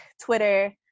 Twitter